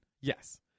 Yes